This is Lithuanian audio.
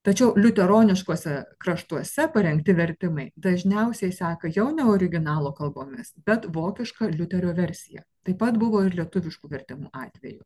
tačiau liuteroniškose kraštuose parengti vertimai dažniausiai seka jau ne originalo kalbomis bet vokiška liuterio versija taip pat buvo ir lietuviškų vertimų atveju